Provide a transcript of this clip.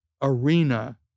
arena